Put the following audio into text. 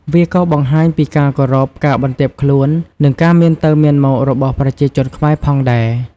វាក៏បង្ហាញពីការគោរព ការបន្ទាបខ្លួន និងការមានទៅមានមករបស់ប្រជាជនខ្មែរផងដែរ។